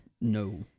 No